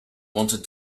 wanted